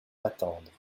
m’attendre